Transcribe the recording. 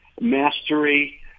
mastery